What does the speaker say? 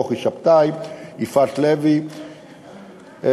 כוכי שבתאי ויפעת לוי ישראל,